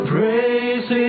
Praise